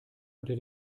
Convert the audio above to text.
unter